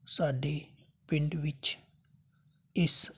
ਸਾਡੇ ਪਿੰਡ ਵਿੱਚ ਇਸ